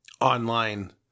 online